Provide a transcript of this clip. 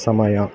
ಸಮಯ